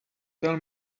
tell